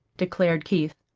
declared keith.